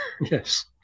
Yes